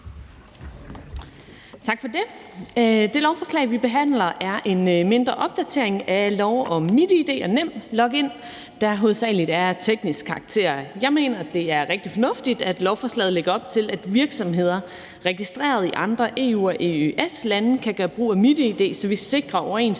Tak for det. Det lovforslag, vi behandler, er en mindre opdatering af lov om MitID og NemLog-in, der hovedsagelig er af teknisk karakter. Jeg mener, det er rigtig fornuftigt, at lovforslaget lægger op til, at virksomheder registreret i andre EU- og EØS-lande kan gøre brug af MitID, så vi sikrer